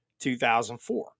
2004